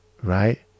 Right